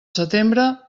setembre